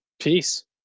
Peace